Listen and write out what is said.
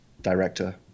director